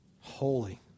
holy